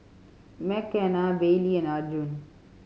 Mckenna Baylee and Arjun